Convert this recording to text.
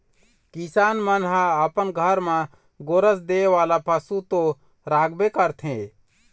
किसान मन ह अपन घर म गोरस दे वाला पशु तो राखबे करथे